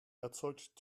erzeugt